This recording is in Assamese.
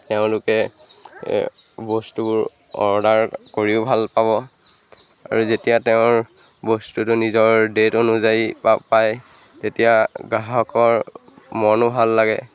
তেওঁলোকে বস্তুবোৰ অৰ্ডাৰ কৰিও ভাল পাব আৰু যেতিয়া তেওঁৰ বস্তুটো নিজৰ ডেট অনুযায়ী পা পায় তেতিয়া গ্ৰাহকৰ মনো ভাল লাগে